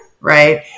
Right